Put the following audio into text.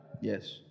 Yes